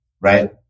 Right